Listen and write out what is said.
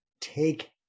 take